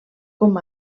com